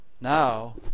Now